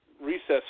recess